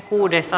asia